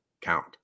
count